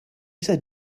said